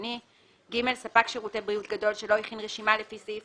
ספק שירותי בריאות גדול שלא הכין רשימה לפי סעיף